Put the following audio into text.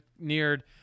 neared